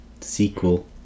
sequel